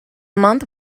month